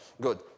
good